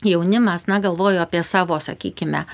jaunimas na galvoju apie savo sakykime